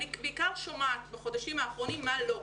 אני בעיקר שומעת בחודשים האחרונים מה לא.